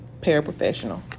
paraprofessional